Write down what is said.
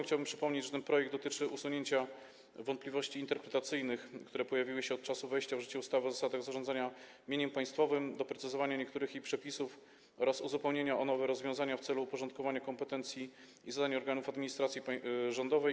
Chciałby przypomnieć, że ten projekt dotyczy usunięcia wątpliwości interpretacyjnych, które pojawiły się od czasu wejścia w życie ustawy o zasadach zarządzania mieniem państwowym, doprecyzowania niektórych jej przepisów oraz uzupełnienia o nowe rozwiązania w celu uporządkowania kompetencji i zadań organów administracji rządowej.